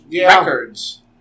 records